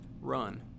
Run